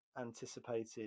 anticipated